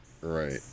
right